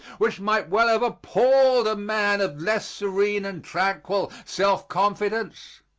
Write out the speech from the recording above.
which might well have appalled a man of less serene and tranquil self-confidence.